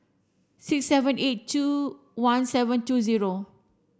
six seven eight two one seven two zero